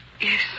Yes